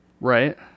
Right